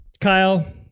Kyle